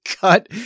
cut